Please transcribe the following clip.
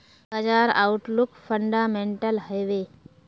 बाजार outlook fundamental हैवै?